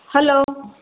hello